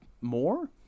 more